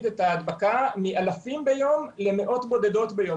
את ההדבקה מאלפים ביום למאות בודדות ביום.